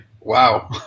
wow